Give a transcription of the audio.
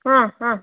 ಹಾಂ ಹಾಂ